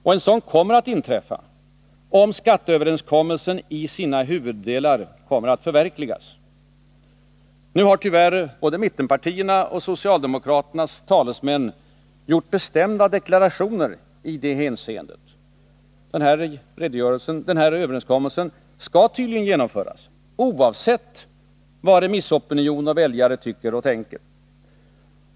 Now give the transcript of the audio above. Och en sådan kommer att inträffa om skatteöverenskommelsen i sina huvuddelar kommer att förverkligas. Nu har tyvärr både mittenpartiernas och socialdemokraternas talesmän gjort bestämda deklarationer i det hänseendet. Överenskommelsen skall tydligen genomföras oavsett vad remissopinion och väljare tycker och tänker.